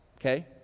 okay